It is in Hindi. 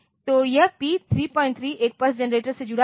तो यह P 33 एक पल्स जनरेटर से जुड़ा है